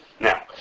Now